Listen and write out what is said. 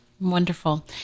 Wonderful